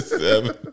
seven